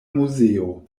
muzeo